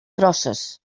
crosses